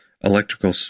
electrical